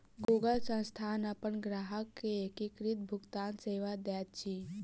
Google संस्थान अपन ग्राहक के एकीकृत भुगतान सेवा दैत अछि